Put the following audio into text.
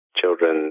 children